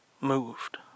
moved